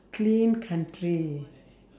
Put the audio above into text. clean country